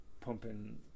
pumping